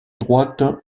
droite